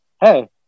Hey